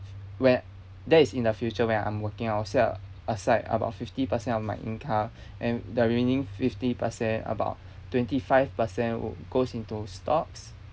whe~ that is in the future when I'm working I'll set aside about fifty percent of my income and the remaining fifty percent about twenty five percent would goes into stocks